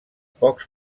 pocs